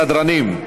סדרנים,